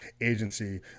agency